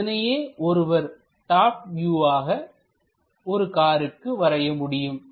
இதனையே ஒருவர் டாப் வியூவாக ஒரு காருக்கு வரைய முடியும்